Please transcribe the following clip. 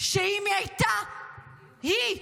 שאם היא הייתה היא,